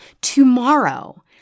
tomorrow